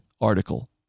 article